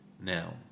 now